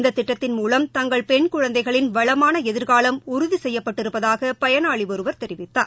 இந்த திட்டத்தின் மூலம் தங்கள் பெண் குழந்தைகளின் வளமான எதிர்காலம் உறுதி செய்ப்பட்டிருப்பதாக பயனாளி ஒருவர் தெரிவித்தார்